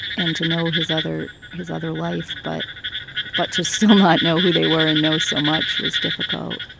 and to know his other his other life but but to still not know who they were and know so much was difficult.